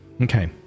Okay